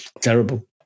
Terrible